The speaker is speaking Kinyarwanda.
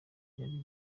yari